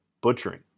butchering